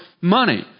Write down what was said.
money